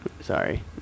sorry